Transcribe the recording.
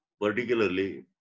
particularly